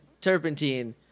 turpentine